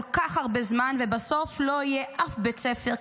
כך הרבה זמן ובסוף לא יהיה אף בית ספר,